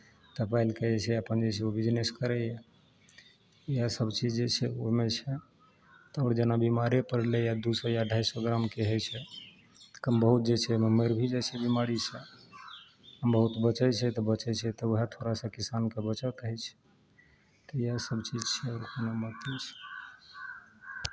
तब पालि कऽ जे छै अपन जे छै ओ बिजनेस करैए इएह सभचीज जे छै ओहिमे जे छै थोड़े दिना बीमारे पड़लैए दू सए अढ़ाइ सए ग्रामके होइ छै कम बहुत जे छै मरि भी जाइ छै बीमारीसँ बहुत बचै छै तऽ बचै छै तऽ उएह थोड़ा सा किसानकेँ बचत होइ छै तऽ इएह सभचीज छै कोनो बात नहि छै